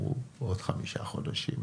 הוא לעוד חמישה חודשים,